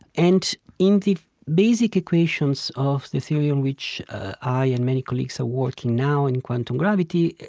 and in the basic equations of the theory in which i and many colleagues are working now, in quantum gravity,